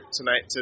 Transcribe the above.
tonight